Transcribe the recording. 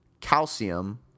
calcium